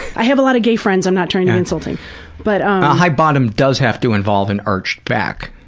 i have a lot of gay friends i'm not trying to insult anyone. and but um high bottom does have to involve an arched back.